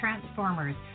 transformers